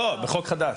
לא, בחוק חדש.